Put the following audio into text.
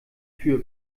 für